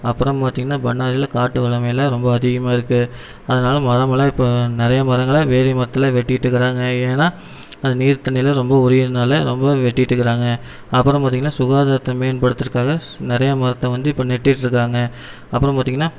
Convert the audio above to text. அப்புறம் பார்த்தீங்கனா பண்ணாரியில காட்டு வளமையில் ரொம்ப அதிகமாக இருக்கு அதனால் மரமெல்லாம் இப்போ நிறையா மரங்களை வேதி மரத்துலாம் வெட்டிட்டுருக்காங்க ஏன்னா அது நீர் தண்ணிலாம் ரொம்ப உறியிறனால ரொம்ப வெட்டிட்டுருக்காங்க அப்புறம் பார்த்தீங்கனா சுகாதாரத்தை மேன்படுத்துறக்காக நிறையா மரத்தை வந்து இப்போ நட்டிட்டுருக்காங்க அப்பறம் பார்த்தீங்கனா